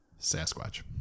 Sasquatch